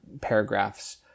paragraphs